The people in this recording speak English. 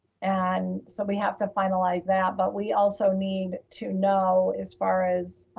and so we have to finalize that, but we also need to know as far as,